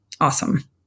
awesome